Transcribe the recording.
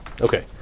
Okay